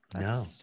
No